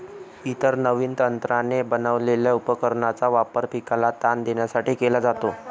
इतर नवीन तंत्राने बनवलेल्या उपकरणांचा वापर पिकाला ताण देण्यासाठी केला जातो